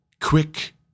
quick